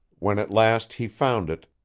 when at last he found it,